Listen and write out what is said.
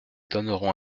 donneront